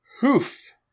Hoof